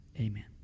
amen